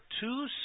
two